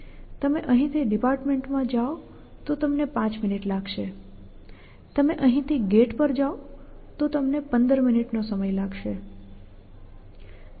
તમે અહીંથી ડિપાર્ટમેન્ટમાં જાઓ તો તમને 5 મિનિટ લાગશે તમે અહીંથી ગેટ પર જશો તો તમને 15 મિનિટનો સમય લાગશે